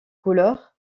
couleur